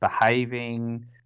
behaving